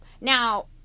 Now